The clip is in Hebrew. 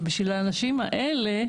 ובשביל האנשים האלה,